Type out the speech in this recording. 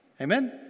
Amen